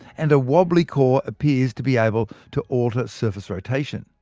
and a wobbly core appears to be able to alter surface rotation.